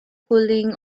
cooling